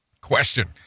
Question